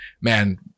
man